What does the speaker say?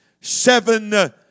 seven